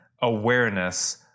awareness